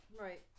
right